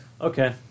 Okay